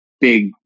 big